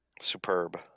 superb